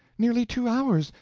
nearly two hours,